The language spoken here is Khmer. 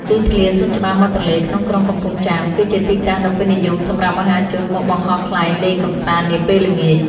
ទីធ្លាសួនច្បារមាត់ទន្លេក្នុងក្រុងកំពង់ចាម គឺជាទីតាំងដ៏ពេញនិយមសម្រាប់មហាជនមកបង្ហោះខ្លែងលេងកម្សាន្តនាពេលល្ងាច។